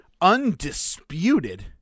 undisputed